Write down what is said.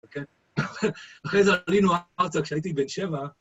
אוקיי? - אחרי זה עלינו ארצה כשהייתי בן שבע.